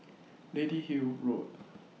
Lady Hill Road